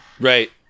Right